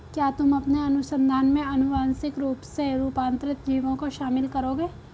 क्या तुम अपने अनुसंधान में आनुवांशिक रूप से रूपांतरित जीवों को शामिल करोगे?